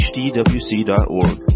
hdwc.org